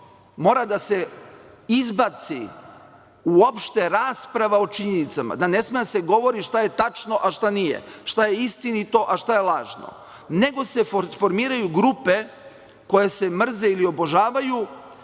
mora da se izbaci uopšte rasprava o činjenicama, da ne sme da se govori šta je tačno a šta nije, šta je istinito a šta je lažno, nego se formiraju grupe koje se mrze ili obožavaju,